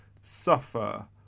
suffer